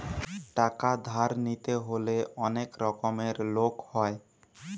টাকা ধার নিতে হলে অনেক রকমের লোক হয়